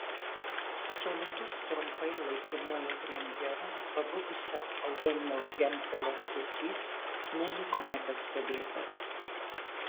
solidus trumpai laikinuoju premjeru pabuvusio eugenijaus gentvilo elgesys neliko nepastebėtas